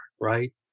right